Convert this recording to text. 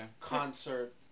concert